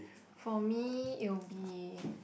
for me it will be